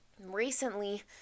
recently